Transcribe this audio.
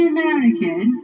American